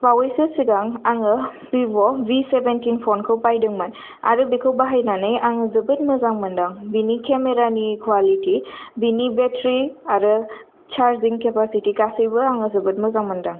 बावयैसो सिगां आङो भिब' भि सेभेनतिन फनखौ बायदोंमोन आरो बेखौ बाहायनानै आङो जोबोत मोजां मोनदों बेनि केमेरानि कवालिति बेनि बेत्रि आरो चार्जिं केपासिटी गासैबो आङो जोबोत मोजां मोनदों